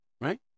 right